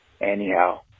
Anyhow